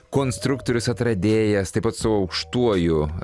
konstruktorius atradėjas taip pat su aukštuoju